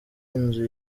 inzu